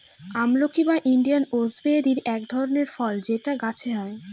আমলকি বা Indian gooseberry এক ধরনের ফল যেটা গাছে হয়